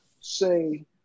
say